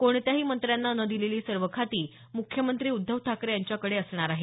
कोणत्याही मंत्र्यांना न दिलेली सर्व खाती मुख्यमंत्री उद्धव ठाकरे यांच्याकडे असणार आहेत